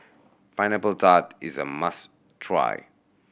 Pineapple Tart is a must try